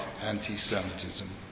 anti-Semitism